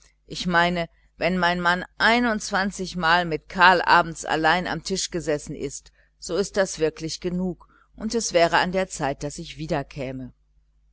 ich meine wenn mein mann einundzwanzigmal mit karl abends allein am tisch gesessen ist so ist das wirklich genug und es wäre an der zeit daß ich wieder